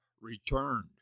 returned